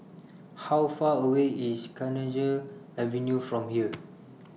How Far away IS Kenanga Avenue from here